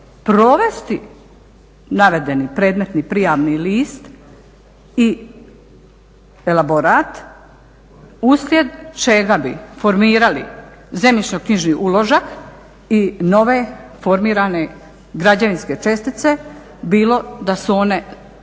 provesti navedeni predmetni prijavni list i elaborat uslijed čega bi formirali zemljišno knjižni uložak i nove formirane građevinske čestice bilo da su one potrebne